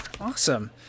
awesome